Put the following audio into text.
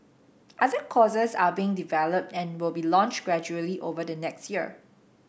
other courses are being developed and will be launched gradually over the next year